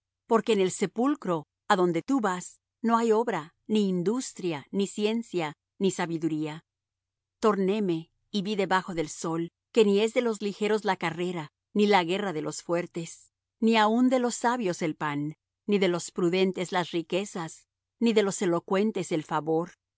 porque en el sepulcro adonde tú vas no hay obra ni industria ni ciencia ni sabiduría tornéme y vi debajo del sol que ni es de los ligeros la carrera ni la guerra de los fuertes ni aun de los sabios el pan ni de los prudentes las riquezas ni de los elocuentes el favor